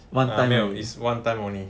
ah 没有 is one time only